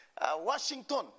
washington